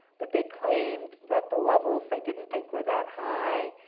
but they claimed that the levels, they didn't think, were that high.